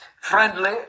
Friendly